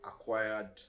acquired